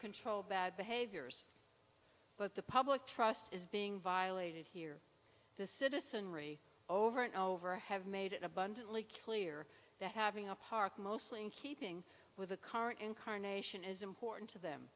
control bad behaviors but the public trust is being violated here the citizenry over and over have made it abundantly clear that having a park mostly in keeping with the current incarnation is important to them